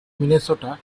minnesota